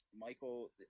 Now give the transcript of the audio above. Michael